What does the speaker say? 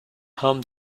home